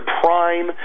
prime